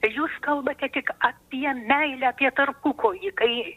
jūs kalbate tik apie meilę apie tarpukojį kai